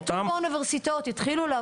נקלטו באוניברסיטאות, התחילו לעבוד באוניברסיטאות.